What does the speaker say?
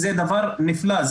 שזה דבר נפלא,